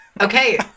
Okay